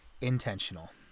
Intentional